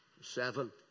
seven